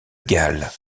galles